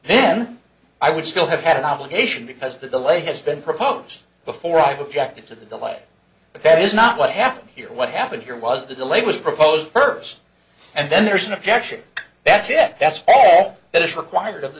then i would still have had an obligation because the delay has been proposed before i have checked into the delay but that is not what happened here what happened here was the delay was proposed first and then there's an objection that's yet that's all that is required of the